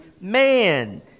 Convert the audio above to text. man